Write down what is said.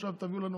עכשיו תביאו לנו